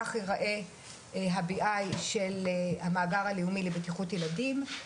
כך ייראה ה- BI של המאגר הלאומי לבטיחות ילדים,